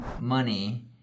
money